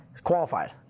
Qualified